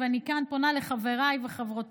ואני כאן פונה לחבריי וחברותיי,